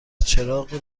چراغ